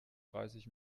dreißig